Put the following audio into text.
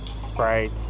Sprite